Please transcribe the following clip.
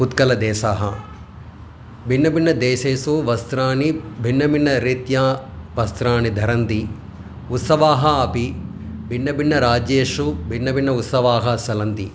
उत्कलदेशः भिन्नभिन्नदेशेषु वस्त्राणि भिन्नभिन्नरीत्या वस्त्राणि धरन्ति उत्सवाः अपि भिन्नभिन्नराज्येषु भिन्नभिन्न उत्सवाः चलन्ति